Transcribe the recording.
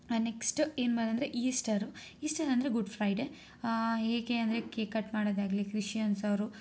next ಏನು ಅಂದರೆ Easter Easter ಅಂದರೆ ಗುಡ್ ಫ್ರೈಡೇ ಹೇಗೆ ಅಂದರೆ ಕೇಕ್ ಕಟ್ಮಾಡೋದಾಗಲಿ ಕ್ರಿಶ್ಚನ್ಸವರು